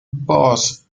boss